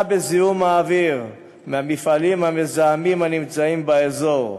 בזיהום האוויר מהמפעלים המזהמים הנמצאים באזור.